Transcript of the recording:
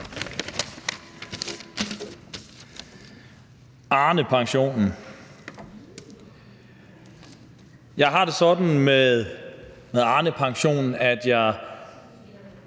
Arnepensionen: Jeg har det sådan med Arnepensionen, at jeg